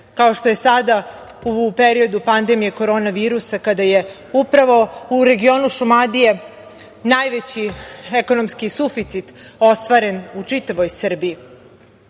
kao što je sada u periodu pandemije korona virusa, kada je u regionu Šumadije najveći ekonomski suficit ostvaren u čitavoj Srbiji,